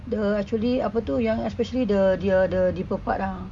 the actually apa tu especially the the the deeper part ah